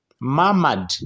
murmured